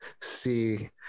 see